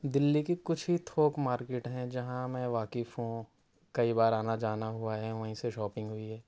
دلّی کی کچھ ہی تھوک مارکٹ ہیں جہاں میں واقف ہوں کئی بار آنا جانا ہُوا ہے وہی سے شاپنگ ہوئی ہے